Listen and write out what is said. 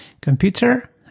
computer